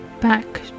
Back